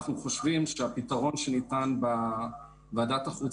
אנחנו חושבים שהפתרון שניתן בוועדת החוץ